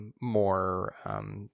more